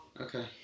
Okay